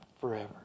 forever